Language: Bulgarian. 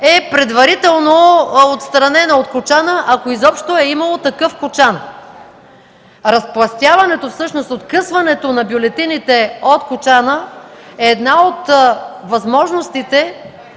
е предварително отстранена от кочана, ако изобщо е имало такъв кочан. Разпластяването, всъщност откъсването на бюлетините от кочана е една от възможностите